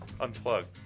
Unplugged